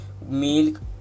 milk